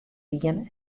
dien